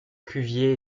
cuvier